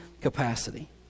capacity